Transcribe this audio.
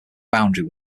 boundary